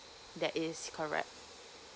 that is correct